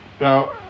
now